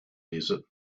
desert